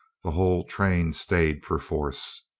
the whole train stayed perforce.